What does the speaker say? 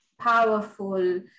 powerful